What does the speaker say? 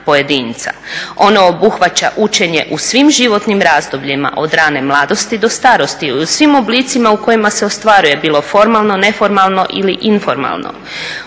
Ono obuhvaća učenje u svim životnim razdobljima od rane mladosti do starosti, u svim oblicima u kojima se ostvaruje bilo formalno, neformalno ili informalno.